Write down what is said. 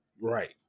Right